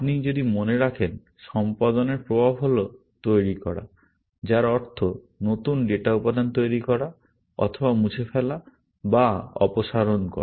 আপনি যদি মনে রাখেন সম্পাদনের প্রভাব হল তৈরি করা যার অর্থ নতুন ডেটা উপাদান তৈরি করা অথবা মুছে ফেলা বা অপসারণ করা